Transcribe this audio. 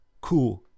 cool